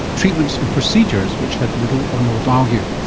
treatments and procedures which had little or no value.